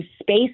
space